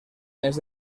mes